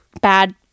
bad